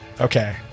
Okay